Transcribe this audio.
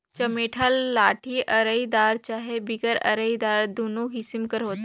चमेटा लाठी अरईदार चहे बिगर अरईदार दुनो किसिम कर होथे